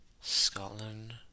Scotland